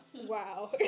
Wow